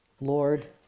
Lord